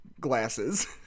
glasses